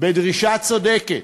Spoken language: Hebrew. בדרישה צודקת: